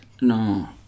No